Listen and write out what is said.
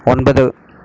ஒன்பது